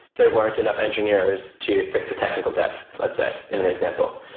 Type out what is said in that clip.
there weren't enough engineers to fix the technical depth, let's say in an example.